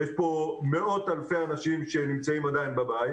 יש פה מאות אלפי אנשים שנמצאים עדיין בבית,